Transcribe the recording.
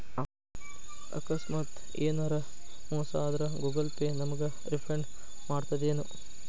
ಆಕಸ್ಮಾತ ಯೆನರ ಮೋಸ ಆದ್ರ ಗೂಗಲ ಪೇ ನಮಗ ರಿಫಂಡ್ ಮಾಡ್ತದೇನು?